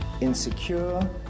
insecure